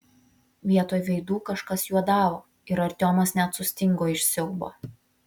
vietoj veidų kažkas juodavo ir artiomas net sustingo iš siaubo